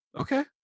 Okay